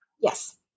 Yes